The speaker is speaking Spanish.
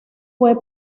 fue